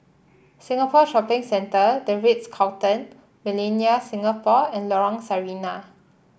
Singapore Shopping Centre The Ritz Carlton Millenia Singapore and Lorong Sarina